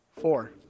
Four